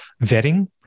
vetting